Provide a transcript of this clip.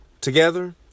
together